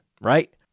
right